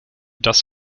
dass